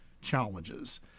challenges